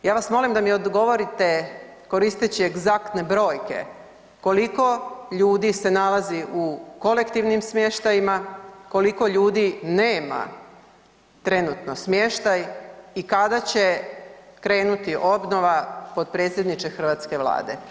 Ja vas molim da mi odgovorite koristeći egzaktne brojke, koliko ljudi se nalazi u kolektivnim smještajima, koliko ljudi nema trenutno smještaj i kada će krenuti obnova potpredsjedniče hrvatske Vlade?